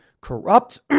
corrupt